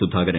Sudhakaran